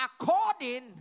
according